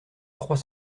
trois